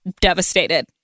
devastated